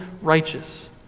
righteous